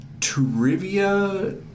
Trivia